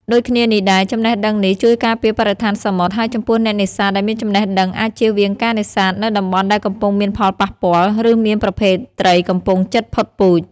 ដូចគ្នានេះដែរ ចំណេះដឹងនេះជួយការពារបរិស្ថានសមុទ្រ ហើយចំពោះអ្នកនេសាទដែលមានចំណេះដឹងអាចជៀសវាងការនេសាទនៅតំបន់ដែលកំពុងមានផលប៉ះពាល់ ឬមានប្រភេទត្រីកំពុងជិតផុតពូជ។